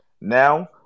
now